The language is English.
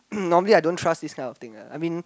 normally I don't trust this kind of thing ah I mean